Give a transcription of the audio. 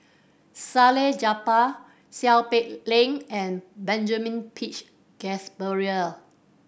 Salleh Japar Seow Peck Leng and Benjamin Peach Keasberry